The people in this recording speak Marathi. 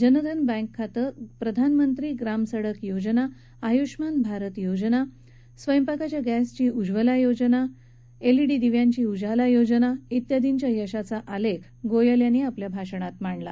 जनधन बँक खाते प्रधानमंत्री ग्रामसडक योजना आयुष्मान भारत योजना स्वयंपाकाच्या गॅसची उज्ज्वला योजना उजाला योजना ियादिंच्या यशाचा आलेख गोयल यांनी आपल्या भाषणात मांडला